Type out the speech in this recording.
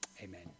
Amen